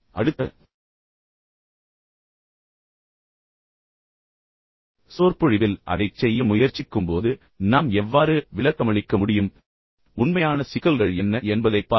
அடுத்த சொற்பொழிவில் அதைச் செய்ய முயற்சிக்கும்போது நாம் எவ்வாறு விளக்கமளிக்க முடியும் உண்மையான சிக்கல்கள் என்ன என்பதைப் பார்ப்போம்